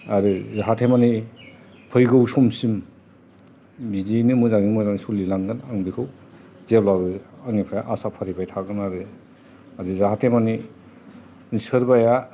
आरो जाहाते मानि फैगौ समसिम बिदिनो मोजाङै मोजां सलिलांगोन आं बेखौ जेब्लाबो आंनिफ्राय आसा फारिबाय थागोन आरो जाहाते मानि सोरबाया